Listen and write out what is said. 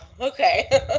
okay